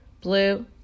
blue